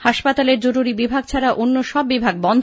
হাসপাতালের জরুরী বিভাগ ছাড়া অন্য সব বিভাগ বন্ধ